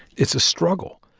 it's a struggle.